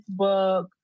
Facebook